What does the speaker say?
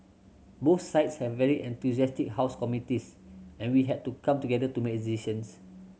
both sides have very enthusiastic house committees and we had to come together to make decisions